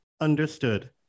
Understood